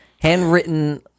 handwritten